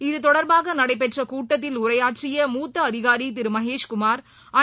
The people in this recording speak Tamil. இதுதொடர்பாக நடைபெற்ற கூட்டத்தில் உரையாற்றிய மூத்த அதிகாரி திரு மகேஷ்குமார் ஐ